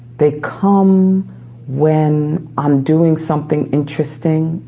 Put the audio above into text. they come when i'm doing something interesting,